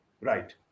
Right